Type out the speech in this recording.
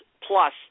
plus